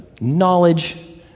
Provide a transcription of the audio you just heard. knowledge